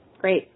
Great